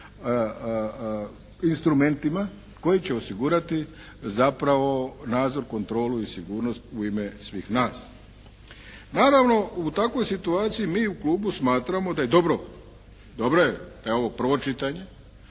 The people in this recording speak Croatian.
instrumentima koji će osigurati zapravo nadzor, kontrolu i sigurnost u ime svih nas. Naravno u takvoj situaciji mi u klubu smatramo da je dobro, dobro je evo, prvo čitanje.